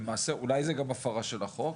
אולי זה גם הפרה של החוק,